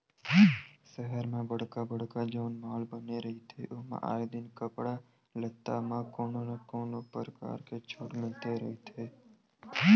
सहर म बड़का बड़का जउन माल बने रहिथे ओमा आए दिन कपड़ा लत्ता म कोनो न कोनो परकार के छूट मिलते रहिथे